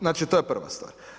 Znači to je prva stvar.